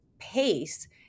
pace